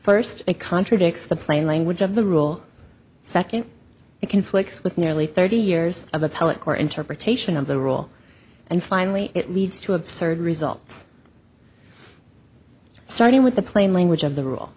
first it contradicts the plain language of the rule second it conflicts with nearly thirty years of appellate court interpretation of the rule and finally it leads to absurd results starting with the plain language of the rule